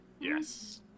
Yes